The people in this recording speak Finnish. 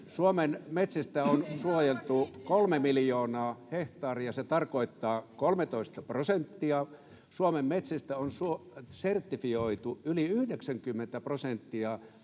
Suomen metsistä on suojeltu kolme miljoonaa hehtaaria, se tarkoittaa 13 prosenttia. Suomen metsistä on sertifioitu yli 90 prosenttia,